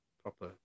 Proper